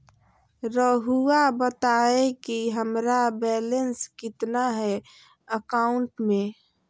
रहुआ बताएं कि हमारा बैलेंस कितना है अकाउंट में?